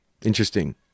Interesting